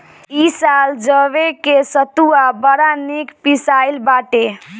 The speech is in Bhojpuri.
इ साल जवे के सतुआ बड़ा निक पिसाइल बाटे